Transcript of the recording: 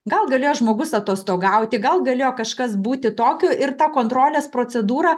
gal galėjo žmogus atostogauti gal galėjo kažkas būti tokio ir tą kontrolės procedūra